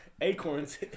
Acorns